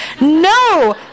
No